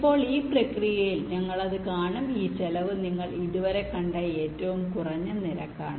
ഇപ്പോൾ ഈ പ്രക്രിയയിൽ ഞങ്ങൾ അത് കാണും ഈ ചെലവ് നിങ്ങൾ ഇതുവരെ കണ്ട ഏറ്റവും കുറഞ്ഞ നിരക്കാണ്